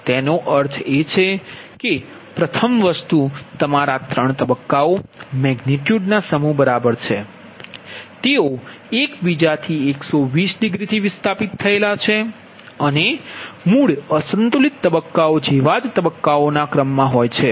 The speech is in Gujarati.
તેનો અર્થ એ કે પ્રથમ વસ્તુ એ છે કે તમારા ત્રણ તબક્કાઓ મેગનિટયુડ ના સમૂહ બરાબર છે એક બીજાથી 120 ડિગ્રીથી વિસ્થાપિત થાય છે અને મૂળ અસંતુલિત તબક્કાઓ જેવા જ તબક્કા ક્રમમા હોય છે